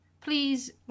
Please